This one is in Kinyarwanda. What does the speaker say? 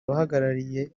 abahagarariye